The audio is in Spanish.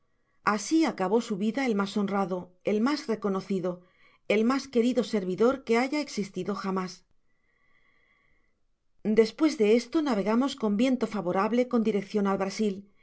así acabó su vida el mas honrado el mas reconocido el mas querido servidor que haya existido jamás despues de esto navegamos eon viento favorable con direccion al brasil y